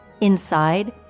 inside